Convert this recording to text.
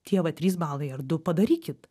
tie va trys balai ar du padarykit